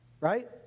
right